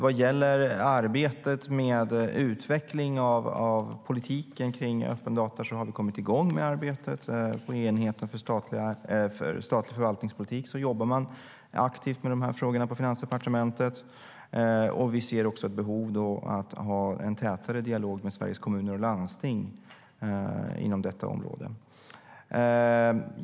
Vi har kommit igång med arbetet med utveckling av politiken kring öppna data. Enheten för statlig förvaltningspolitik på Finansdepartementet jobbar aktivt med de här frågorna. Vi ser också ett behov av att ha en tätare dialog med Sveriges Kommuner och Landsting inom detta område.